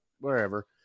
wherever